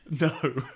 No